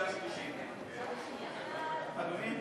בעד?